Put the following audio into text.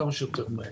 כמה שיותר מהר.